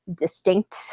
distinct